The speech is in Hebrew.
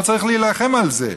לא צריך להילחם על זה,